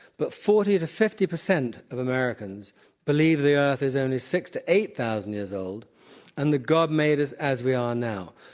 but forty to fifty percent of americans believe the earth is only six to eight thousand years old and that god made us as we are now.